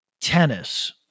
tennis